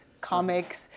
comics